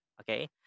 Okay